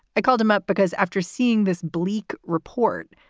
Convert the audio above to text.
i called him up because after seeing this bleak report,